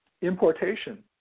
importation